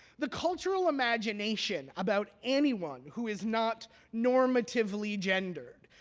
the cultural imagination about anyone who is not normatively gendered,